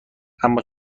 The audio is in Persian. اما